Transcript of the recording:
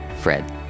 Fred